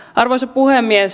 arvoisa puhemies